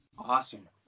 Awesome